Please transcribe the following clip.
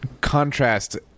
contrast